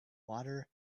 water